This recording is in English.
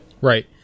Right